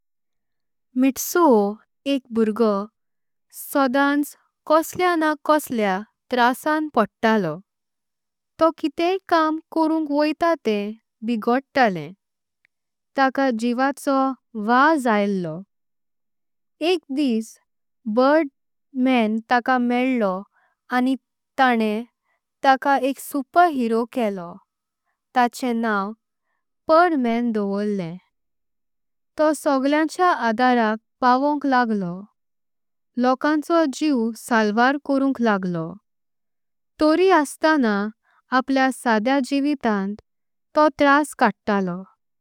मित्सुओ एक बुरगॊ सॊदांच कॊसले आंण कॊसले। त्रासां पडतलो तॊ कितें कायं करुंक वॊयतं ते। बिगडताले ताकां जीवाचॊ वास आयलॊ एक दिस। ताकां बर्डमॅन म्येल्लॊ आनी। तान्नां ताकां एक सुपरहिरो केलॊ ताचे नावं परमण। दॊवॊरलं तॊ सगळ्याचें आधाराक पावंक लागलॊ। लॊकांचॊं जीव सालवार करुंक लागलॊ तॊरी। असताना आपले साधे जीवितांत तॊ त्रास कडतलो।